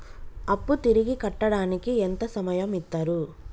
అప్పు తిరిగి కట్టడానికి ఎంత సమయం ఇత్తరు?